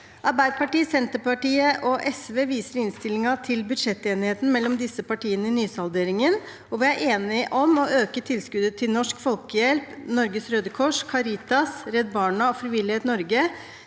Arbeiderpartiet, Senterpartiet og SV viser i innstillingen til budsjettenigheten mellom disse partiene i nysalderingen, og vi er enige om å øke tilskuddet til Norsk Folkehjelp, Norges Røde Kors, Caritas, Redd Barna og Frivillighet Norge